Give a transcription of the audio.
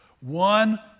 One